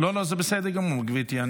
לא, לא, זה בסדר גמור, גברתי.